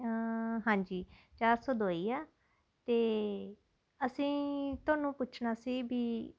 ਹਾਂਜੀ ਚਾਰ ਸੌ ਦੋ ਹੀ ਆ ਅਤੇ ਅਸੀਂ ਤੁਹਾਨੂੰ ਪੁੱਛਣਾ ਸੀ ਵੀ